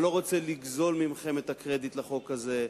אני לא רוצה לגזול מכם את הקרדיט לחוק הזה.